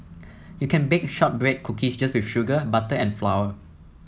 you can bake shortbread cookies just with sugar butter and flour